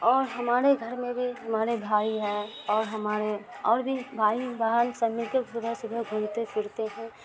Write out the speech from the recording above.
اور ہمارے گھر میں بھی ہمارے بھائی ہے اور ہمارے اور بھی بھائی بہن سب مل کے صبح صبح گھومتے پھرتے ہیں